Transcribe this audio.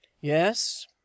Yes